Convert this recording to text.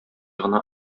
гына